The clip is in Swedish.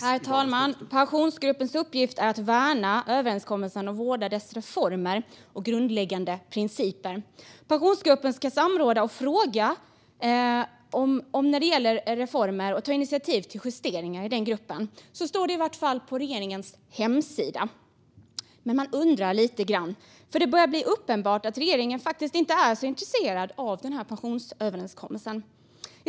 Herr talman! Pensionsgruppens uppgift är att värna överenskommelsen och vårda dess reformer och grundläggande principer. Pensionsgruppen ska samråda i frågor som gäller reformer och ta initiativ till justeringar. Så står det i varje fall på regeringens hemsida. Men man undrar lite grann, för det börjar bli uppenbart att regeringen faktiskt inte är så intresserad av den här pensionsöverenskommelsen.